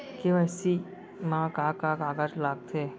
KYC मा का का कागज लगथे?